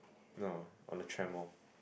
no on the tram loh